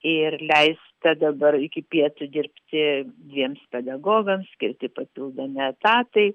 ir leis tada dar iki pietų dirbti dviems pedagogams skirti papildomi etatai